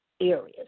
areas